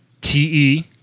TE